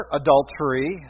adultery